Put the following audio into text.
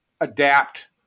adapt